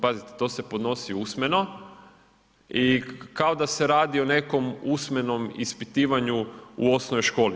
Pazite, to se podnosi usmeno i kao da se radi o nekom usmenom ispitivanju u osnovnoj školi.